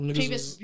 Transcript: previous